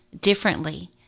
differently